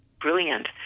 brilliant